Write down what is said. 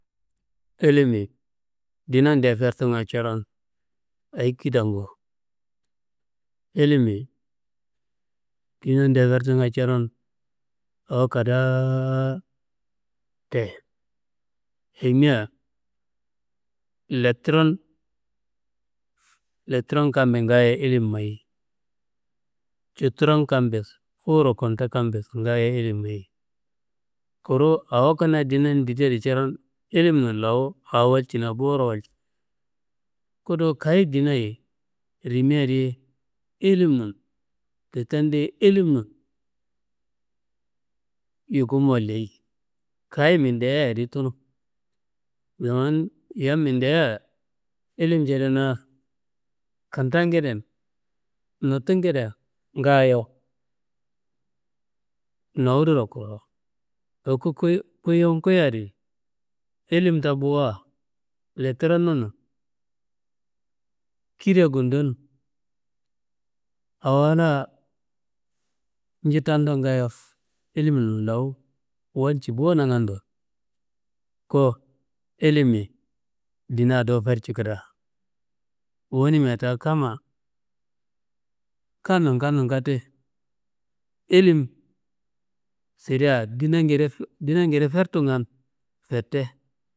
Illimiyi ndinadea fertunga coron ayi kidangu? Illimiyi ndinadea fertunga coron, awo kadaa te ayimia letron letron kammbe ngaayo ilim mayi cuturom kammbeso, fuwuro kunto kammbeso ngaayo ilim mayi. Kuru awo kanaa ndinan dideadi coron ilimin lawu awo walcina bo wacino, fudu kayi ndinaye rimiadiye ilimun tutendiye, ilimun yukumo leyi, kayi mindea di tunu. Zaman yam mindea, ilim cedenuna, kentangeden nutungedea ngaayo nuwuduro kuro loku yum koiyadi, ilim tambua letronun, kida ngudon, awo la njitandon ngaayo ilim lawu walci bo nangando, ko ilimiyi ndina dowo ferco keda, wunimia da kamma kan- nun kan- nun katte ilim sidea ndinangedea fertungan fete.